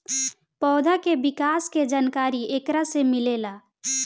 पौधा के विकास के जानकारी एकरा से मिलेला